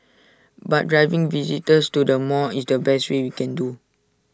but driving visitors to the mall is the best we can do